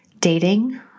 dating